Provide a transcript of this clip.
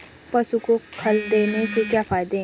पशु को खल देने से क्या फायदे हैं?